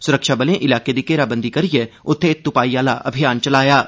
सुरक्षाबलें इलाके दी घेराबंदी करियै उत्थे तुपाई आह्ला अभियान चलाए दा ऐ